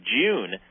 June